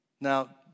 Now